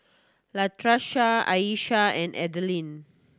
Latarsha Ayesha and Adalynn